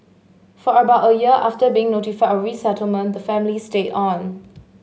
for about a year after being notified of resettlement the family stayed on